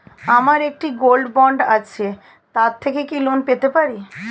আমার একটি gold bond আছে তার থেকে কি লোন পেতে পারি?